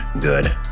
good